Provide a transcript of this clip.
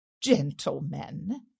gentlemen